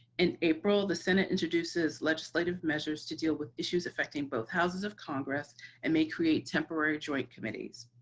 in april, the senate introduces legislative measures to deal with issues affecting both houses of congress and may create temporary joint committees.